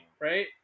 right